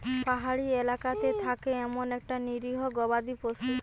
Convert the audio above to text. পাহাড়ি এলাকাতে থাকে এমন একটা নিরীহ গবাদি পশু